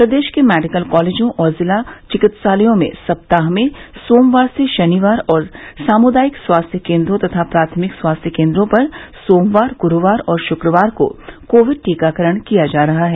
प्रदेश के मेडिकल कॉलेजों और जिला चिकित्सालयों में सप्ताह में सोमवार से शनिवार और सामुदायिक स्वास्थ्य केन्द्रों तथा प्राथमिक स्वास्थ्य केन्द्रों पर सोमवार ग्रूवार और शुक्रवार को कोविड टीकाकरण किया जा रहा है